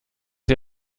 sie